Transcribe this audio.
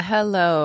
Hello